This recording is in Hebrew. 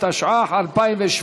התשע"ח 2017,